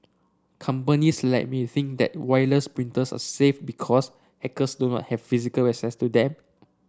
companies like may think their wireless printers are safe because hackers do not have physical access to them